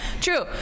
True